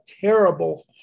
terrible